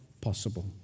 possible